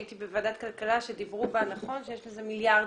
הייתי בוועדת הכלכלה שם דיברו ונכון שיש לזה מיליארדים,